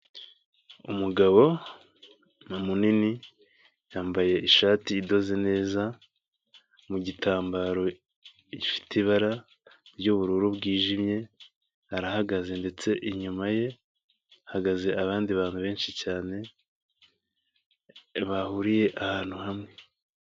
Umugabo ni munini yambaye ishati idoze neza, mu gitambaro gifite ibara ry'ubururu bwijimye, arahagaze ndetse inyuma ye hagaze abandi bantu benshi cyane, bahuriye ahantu hamwe.